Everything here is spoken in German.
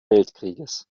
weltkrieges